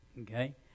Okay